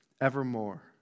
evermore